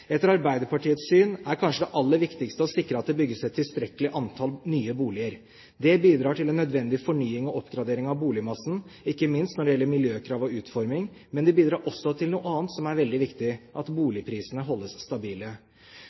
Etter Arbeiderpartiets syn er kanskje det aller viktigste å sikre at det bygges et tilstrekkelig antall nye boliger. Det bidrar til en nødvendig fornying og oppgrading av boligmassen, ikke minst når det gjelder miljøkrav og utforming. Men det bidrar også til noe annet som er veldig viktig, at boligprisene holdes stabile.